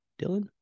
Dylan